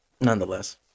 nonetheless